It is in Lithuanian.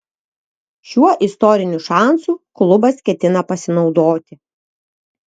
šiuo istoriniu šansu klubas ketina pasinaudoti